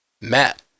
Matt